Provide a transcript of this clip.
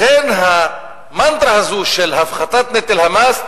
לכן המנטרה הזו של הפחתת נטל המס,